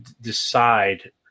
decide